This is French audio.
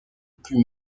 put